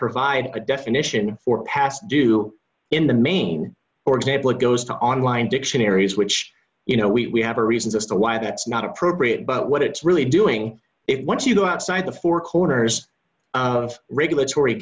provide a definition for past due in the main for example it goes to online dictionaries which you know we have a reasons as to why that's not appropriate but what it's really doing it once you go outside the four corners of regulatory